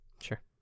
Sure